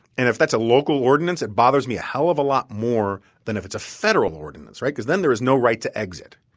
and if that's a local ordinance, it bothers me a hell of a lot more than if it's a federal ordinance, right? because then there is no right to exit.